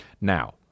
Now